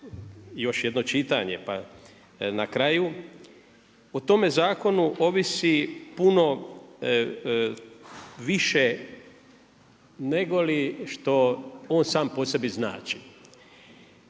još jedno čitanje, pa na kraju, o tome zakonu ovisi puno više nego li što on sam po sebi znači.